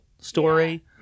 story